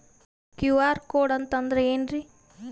QR code ಅಂತಂದ್ರ ಏನ್ರೀ?